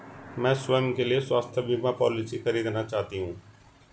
मैं स्वयं के लिए स्वास्थ्य बीमा पॉलिसी खरीदना चाहती हूं